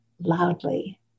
loudly